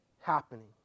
happening